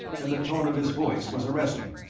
and the tone of his voice was arresting.